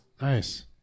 Nice